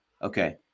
Okay